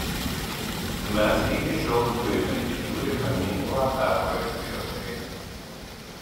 mes iki šiol turime didžiulį paminklą petrui cvirkai